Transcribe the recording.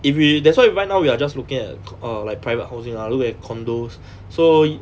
if we that's why right now we are just looking at err like private housing ah look at condominiums so